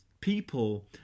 people